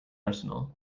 arsenal